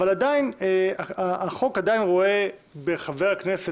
אבל החוק עדיין רואה בחבר הכנסת,